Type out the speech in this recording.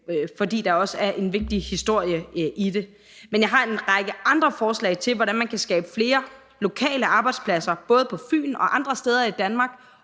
fordi der også er en vigtig historie i det. Men jeg har en række andre forslag til, hvordan man kan skabe flere lokale arbejdspladser, både på Fyn og andre steder i Danmark,